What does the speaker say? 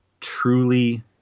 truly